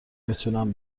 میتونم